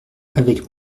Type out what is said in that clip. avec